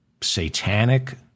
satanic